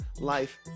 life